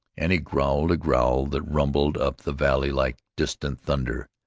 and he growled a growl that rumbled up the valley like distant thunder.